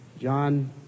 John